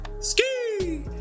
Ski